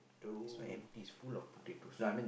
it's not empty it's full of potatoes